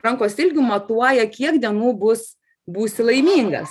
rankos ilgiu matuoja kiek dienų bus būsi laimingas